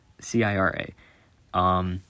C-I-R-A